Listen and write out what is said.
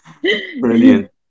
brilliant